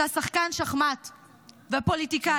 אתה שחקן שחמט ופוליטיקאי,